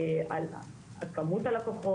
כמות הלקוחות.